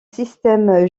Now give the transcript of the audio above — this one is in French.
systèmes